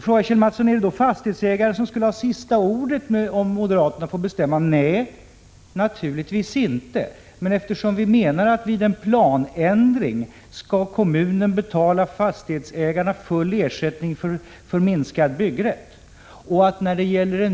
Är det då fastighetsägarna, frågar Kjell Mattsson, som skulle ha sista ordet om moderaterna fick bestämma? Nej, naturligtvis inte! Vi hävdar dock att vid en planändring skall kommunen betala fastighetsägarna full ersättning för minskad byggrätt.